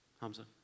Hamza